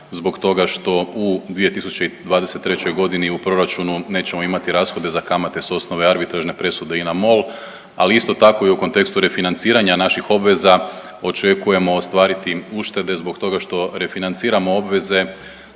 zbog toga što u 2023. godini u proračunu nećemo imati rashode za kamate sa osnove arbitražne presude INA – MOL, ali isto tako i u kontekstu refinanciranja naših obveza očekujemo ostvariti uštede zbog toga što refinanciramo obveze